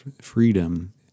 freedom